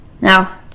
Now